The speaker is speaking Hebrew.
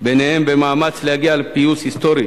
ביניהן במאמץ להגיע לפיוס היסטורי,